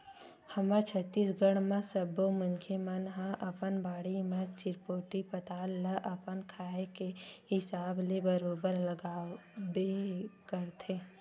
हमर छत्तीसगढ़ म सब्बो मनखे मन ह अपन बाड़ी म चिरपोटी पताल ल अपन खाए के हिसाब ले बरोबर लगाबे करथे